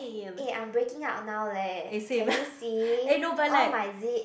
eh I'm breaking up now leh can you see all my zip